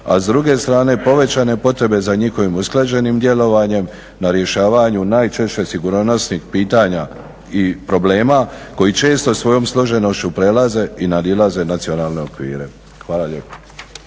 a s druge strane povećane potrebe za njihovim usklađenim djelovanjem na rješavanju najčešće sigurnosnih pitanja i problema koji često svojom složenošću prelaze i nadilaze nacionalne okvire. Hvala lijepo.